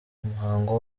umuhango